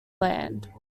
land